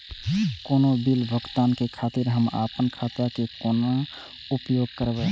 कोनो बील भुगतान के खातिर हम आपन खाता के कोना उपयोग करबै?